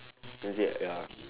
is it ya